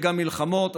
וגם מלחמות,